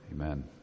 Amen